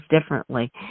differently